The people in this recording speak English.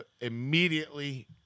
immediately